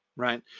right